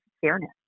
fairness